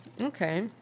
Okay